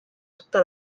tutta